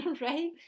right